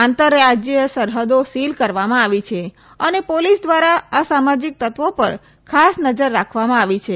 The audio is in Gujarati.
આંતર રાજ્ય સરહદો સીલ કરવામાં આવી છે અને પોલિસ દ્વારા અસામાજિક તત્ત્વો પર ખાસ નજર રાખવામાં આવી છે